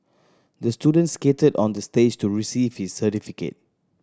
the student skated on the stage to receive his certificate